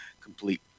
complete